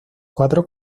cuatro